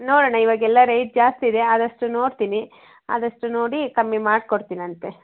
ನೋಡಣ ಇವಾಗ ಎಲ್ಲ ರೇಟ್ ಜಾಸ್ತಿ ಇದೆ ಆದಷ್ಟು ನೋಡ್ತೀನಿ ಆದಷ್ಟು ನೋಡಿ ಕಮ್ಮಿ ಮಾಡಿ ಕೊಡ್ತೀನಂತೆ